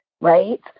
right